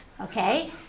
okay